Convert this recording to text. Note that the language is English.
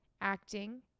acting